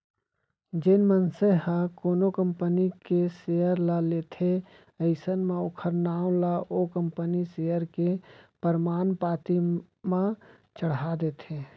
जेन मनसे ह कोनो कंपनी के सेयर ल लेथे अइसन म ओखर नांव ला ओ कंपनी सेयर के परमान पाती म चड़हा देथे